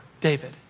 David